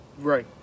Right